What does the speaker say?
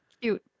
cute